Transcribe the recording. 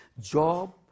Job